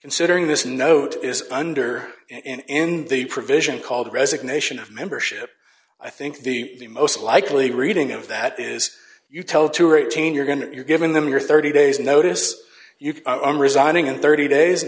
considering this note is under in the provision called resignation of membership i think the most likely reading of that is you tell two or eighteen you're going to you're giving them your thirty days notice you are resigning in thirty days